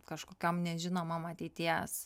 kažkokiom nežinomom ateities